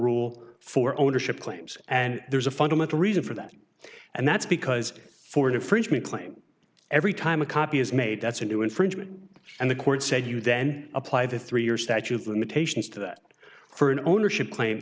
rule for ownership claims and there's a fundamental reason for that and that's because for an infringement claim every time a copy is made that's a new infringement and the court said you then apply the three year statute of limitations to that for an ownership claim